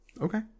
Okay